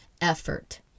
effort